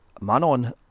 Manon